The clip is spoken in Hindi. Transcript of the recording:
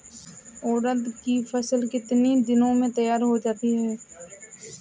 उड़द की फसल कितनी दिनों में तैयार हो जाती है?